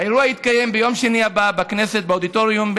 האירוע יתקיים ביום שני הבא באודיטוריום בכנסת,